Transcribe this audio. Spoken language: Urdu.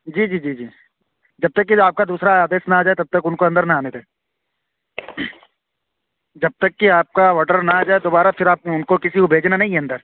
جی جی جی جی جب تک کہ جو آپ کا دوسرا آدیش نا آ جائے تب تک ان کو اندر نہ آنے دیں جب تک کہ آپ کا آڈر نہ آ جائے دوبارہ پھر آپ ان کو کسی کو بھیجنا نہیں ہے اندر